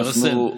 לרסן.